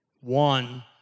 One